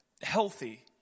healthy